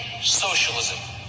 socialism